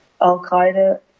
Al-Qaeda